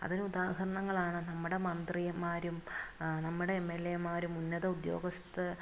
അതിനുദാഹരണങ്ങളാണ് നമ്മുടെ മന്ത്രിമാരും നമ്മടെ എം എല്ലേമാരും ഉന്നത ഉദ്യോഗസ്ഥ